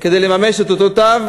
כדי לממש את אותו תו,